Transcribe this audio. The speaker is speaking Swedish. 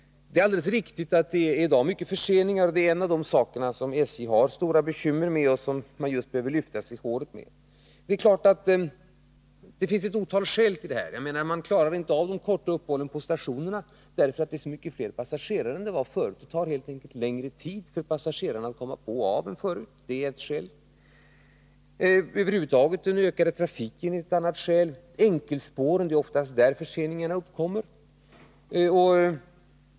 Det är alldeles riktigt att det i dag är många förseningar och att det är en av de saker som SJ har stora bekymmer med och som man just behöver lyfta sig i håret för. Det finns ett antal skäl till förseningarna. Man klarar inte av de korta uppehållen på stationerna därför att det är så många fler passagerare än det var förut. Det tar helt enkelt längre tid för passagerarna att komma på och av tåget än förut. Det är ett skäl. Den ökade trafiken över huvud taget är ett annat skäl. Ytterligare ett skäl är enkelspåren, på vilka förseningarna oftast uppkommer.